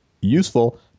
useful